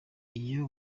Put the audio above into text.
iyo